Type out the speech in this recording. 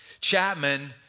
Chapman